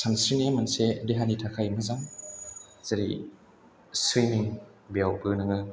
सानस्रिनाया मोनसे देहानि थाखाय मोजां जेरै सुइमिं बेरायावबो नोङो